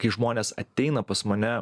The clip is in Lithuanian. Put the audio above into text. kai žmonės ateina pas mane